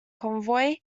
convoy